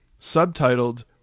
subtitled